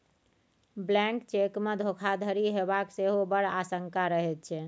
blank चेकमे धोखाधड़ी हेबाक सेहो बड़ आशंका रहैत छै